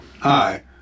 Hi